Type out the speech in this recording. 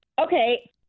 Okay